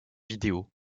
vidéos